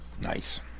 Nice